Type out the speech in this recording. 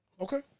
Okay